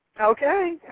Okay